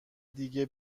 دیگه